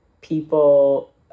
people